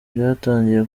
byatangiye